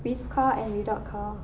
with car and without car